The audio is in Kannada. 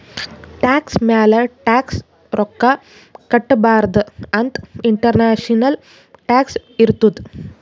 ಟ್ಯಾಕ್ಸ್ ಮ್ಯಾಲ ಟ್ಯಾಕ್ಸ್ ರೊಕ್ಕಾ ಕಟ್ಟಬಾರ್ದ ಅಂತ್ ಇಂಟರ್ನ್ಯಾಷನಲ್ ಟ್ಯಾಕ್ಸ್ ಇರ್ತುದ್